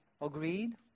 Agreed